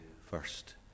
first